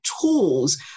tools